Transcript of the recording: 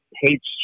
hates